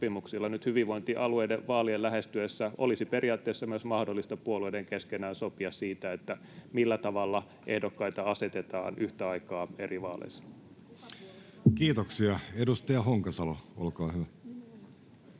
Nyt hyvinvointialueiden vaalien lähestyessä olisi periaatteessa myös mahdollista puolueiden keskenään sopia siitä, millä tavalla ehdokkaita asetetaan yhtä aikaa eri vaaleissa. [Pia Viitasen välihuuto] Kiitoksia. — Edustaja Honkasalo, olkaa hyvä.